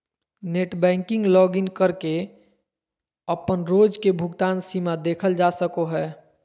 net banking login करके अपन रोज के भुगतान सीमा देखल जा सको हय